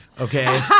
okay